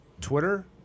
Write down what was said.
Twitter